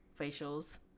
facials